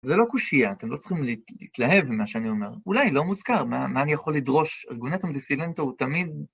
זה לא קושיה, אתם לא צריכים להתלהב ממה שאני אומר. אולי לא מוזכר מה, מה אני יכול לדרוש. ארגומנטום אד סילנטיום הוא תמיד…